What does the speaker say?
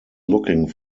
looking